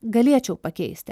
galėčiau pakeisti